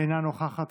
אינה נוכחת.